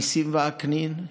נסים ועקנין,